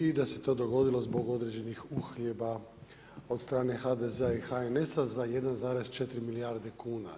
I da se to dogodilo zbog određenih uhljeba od strane HDZ-a i HNS-a za 1,4 milijarde kuna.